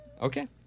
Okay